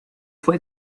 fue